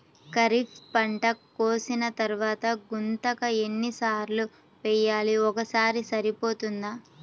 ఖరీఫ్ పంట కోసిన తరువాత గుంతక ఎన్ని సార్లు వేయాలి? ఒక్కసారి సరిపోతుందా?